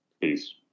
Peace